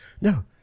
no